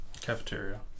Cafeteria